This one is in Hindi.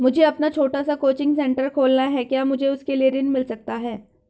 मुझे अपना छोटा सा कोचिंग सेंटर खोलना है क्या मुझे उसके लिए ऋण मिल सकता है?